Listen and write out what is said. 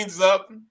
up